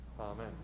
Amen